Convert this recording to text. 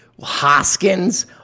Hoskins